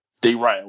derail